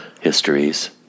histories